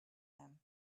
him